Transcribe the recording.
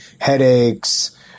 headaches